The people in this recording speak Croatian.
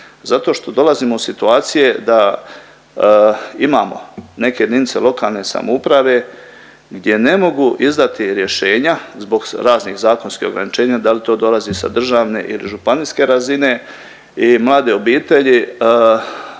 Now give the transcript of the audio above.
zato što dolazimo u situacije da imamo neke jedinice lokalne samouprave gdje ne mogu izdati rješenja zbog raznih zakonskih ograničenja. Da li to dolazi sa državne ili županijske razine i mlade obitelji